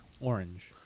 Orange